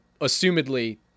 assumedly